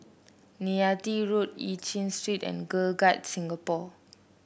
Neythai Road Eu Chin Street and Girl Guides Singapore